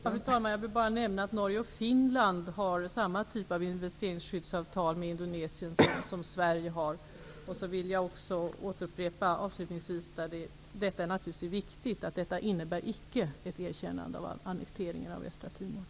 Fru talman! Jag vill bara nämna att Norge och Finland har samma typ av investeringsskyddsavtal med Indonesien som Sverige har. Jag vill avslutningsvis också återupprepa att det är viktigt att inse att detta icke innebär ett erkännande av annekteringen av Östtimor.